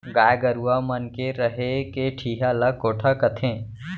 गाय गरूवा मन के रहें के ठिहा ल कोठा कथें